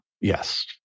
Yes